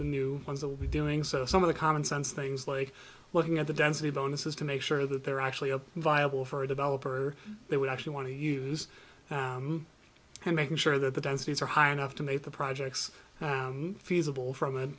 the new ones that will be doing so some of the commonsense things like looking at the density bonuses to make sure that they're actually a viable for a developer they would actually want to use and making sure that the densities are high enough to make the projects feasible from